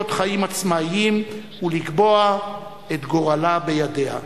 חיים עצמאיים ולקבוע את גורלה בידיה.